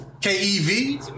K-E-V